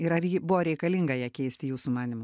ir ar ji buvo reikalinga ją keisti jūsų manymu